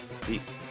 Peace